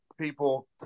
people